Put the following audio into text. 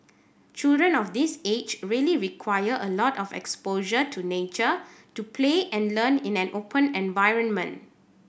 children of this age really require a lot of exposure to nature to play and learn in an open environment